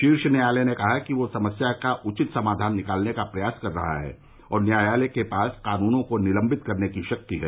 शीर्ष न्यायालय ने कहा कि वह समस्या का उचित समाधान निकालने का प्रयास कर रहा है और न्यायालय के पास कानूनों को निलंबित करने की शक्ति है